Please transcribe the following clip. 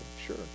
sure